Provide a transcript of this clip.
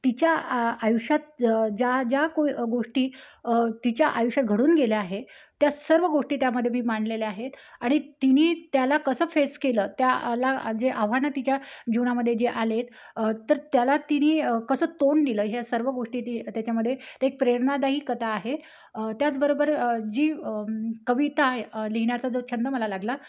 तिच्या आ आयुष्यात ज ज्या ज्या को गोष्टी तिच्या आयुष्यात घडून गेल्या आहे त्या सर्व गोष्टी त्यामध्ये मी मांडलेल्या आहेत आणि तिने त्याला कसं फेस केलं त्याला जे आव्हानं तिच्या जीवनामध्ये जे आले आहेत तर त्याला तिने कसं तोंड दिलं ह्या सर्व गोष्टी ती त्याच्यामध्ये ते एक प्रेरणादायी कथा आहे त्याचबरोबर जी कविता लिहिण्याचा जो छंद मला लागला